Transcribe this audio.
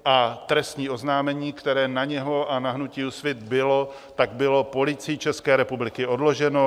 A trestní oznámení, které na něho a na hnutí Úsvit bylo, bylo Policií České republiky odloženo.